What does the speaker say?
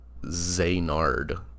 Zaynard